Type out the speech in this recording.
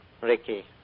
Ricky